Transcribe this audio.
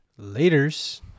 Laters